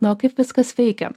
na o kaip viskas veikia